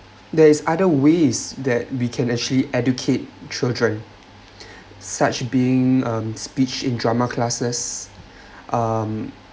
there is other ways that we can actually educate children such being um speech in drama classes um